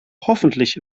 hoffentlich